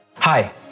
Hi